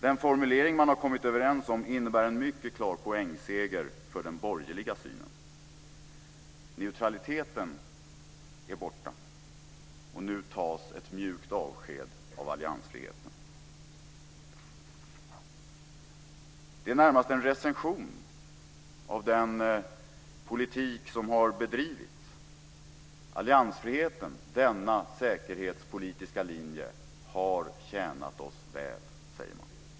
Den formulering man har kommit överens om innebär en mycket klar poängseger för den borgerliga synen. Neutraliteten är borta, och nu tas ett mjukt avsked av alliansfriheten. Det är närmast en recension av den politik som har bedrivits: Alliansfriheten - denna säkerhetspolitiska linje - har tjänat oss väl, säger man.